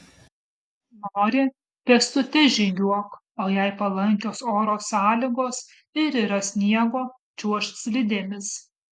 nori pėstute žygiuok o jei palankios oro sąlygos ir yra sniego čiuožk slidėmis